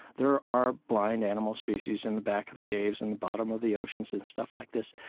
there are blind animal species in the back of the caves, in the bottom of the oceans and stuff like this,